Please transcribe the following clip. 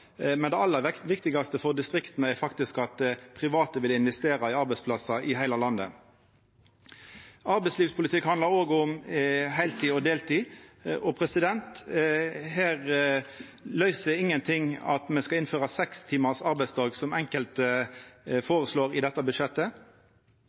men det aller viktigaste for distrikta er faktisk at private vil investera i arbeidsplassar i heile landet. Arbeidslivspolitikk handlar òg om heiltid og deltid. Det løyser ingenting om me innfører seks timars arbeidsdag, som enkelte